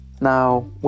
Now